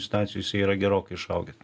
situacijų jisai yra gerokai išaugęs